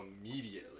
Immediately